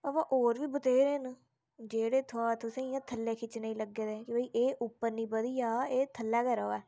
अबा और बथ्हेरे न जेहडे थुआढ़े तुसें गी इयां थल्लै खिच्चने गी लग्गे दे कि भाई उपर नेई बधी जा एह् थल्लै गै रवै